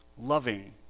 loving